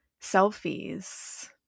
selfies